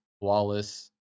Wallace